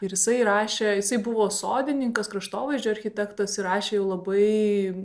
ir jisai rašė jisai buvo sodininkas kraštovaizdžio architektas ir rašė jau labai